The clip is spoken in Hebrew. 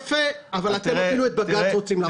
אבל אתם אפילו את בג"ץ רוצים להוריד.